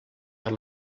per